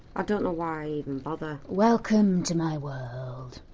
i don't know why i even bother! welcome to my world.